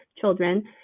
children